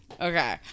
Okay